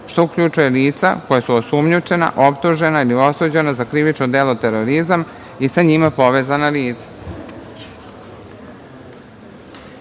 što uključuje lica koja su osumnjičena, optužena ili osuđena za krivično delo terorizam i sa njima povezana lica.U